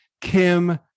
Kim